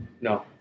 No